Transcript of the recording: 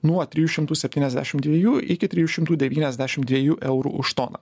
nuo trijų šimtų septyniasdešim dviejų iki trijų šimtų devyniasdešim dviejų eurų už toną